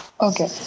Okay